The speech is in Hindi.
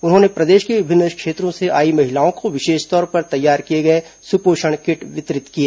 उन्होंने प्रदेश के विभिन्न क्षेत्रों से आई महिलाओं को विशेष तौर पर तैयार किए गए सुपोषण किट वितरित किए